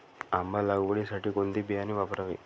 आंबा लागवडीसाठी कोणते बियाणे वापरावे?